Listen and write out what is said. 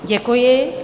Děkuji.